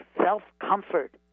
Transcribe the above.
self-comfort